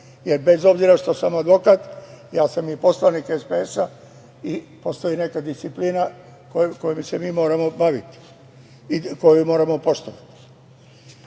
jer bez obzira što sam advokat, ja sam i poslanik SPS i postoji neka disciplina kojom se mi moramo baviti i koju moramo poštovati. Sudija